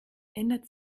ändert